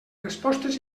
respostes